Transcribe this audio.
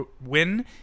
win